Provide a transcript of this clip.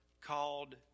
called